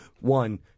One